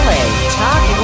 Talk